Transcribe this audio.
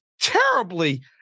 terribly